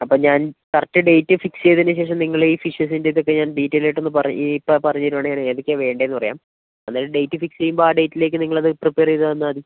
അപ്പം ഞാൻ correct date fix ചെയ്തതിനു ശേഷം നിങ്ങളെ ഈ ഫിഷെസിൻ്റെ ഇതൊക്കെ ഞാൻ ഡീറ്റൈൽഡ് ആയിട്ടൊന്നു പറയ് ഈ ഇപ്പം പറഞ്ഞു തരുവാണേൽ ഞാൻ ഏതൊക്കെയാണ് വേണ്ടതെന്ന് പറയാം അന്നേരം ഡേറ്റ് ഫിക്സ് ചെയ്യുമ്പോൾ ആ ഡേറ്റിലേക്ക് നിങ്ങളത് പ്രിപ്പയറ് ചെയ്തു തന്നാൽ മതി